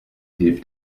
hilft